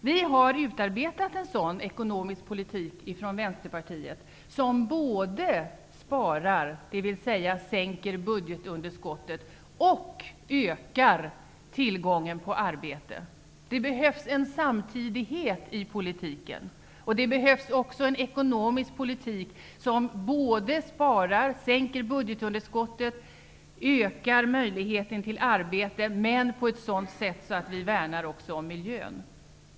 Vi i Vänsterpartiet har utarbetat en ekonomisk politik som både sparar, dvs. minskar budgetunderskottet, och ökar tillgången på arbete. Det behövs en samtidighet i politiken. Det behövs också en ekonomisk politik som sparar, minskar budgetunderskottet, ökar möjligheten till arbete, men gör det på ett sådant sätt att vi också värnar om miljön.